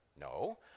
No